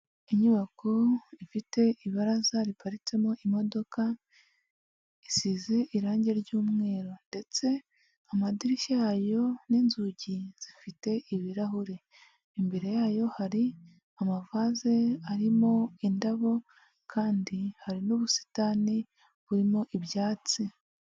Inyubako ifite ibaraza riparitsemo imodoka, isize irangi ryumweru ndetse amadirishya yayo n'inzugi zifite ibirahure, imbere yayo hari amavase arimo indabo kandi hari n'ubusitani burimo ibyatsi.